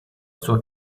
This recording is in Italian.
sua